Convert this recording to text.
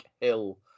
Hill